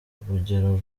urugero